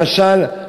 למשל,